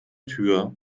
tür